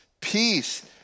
peace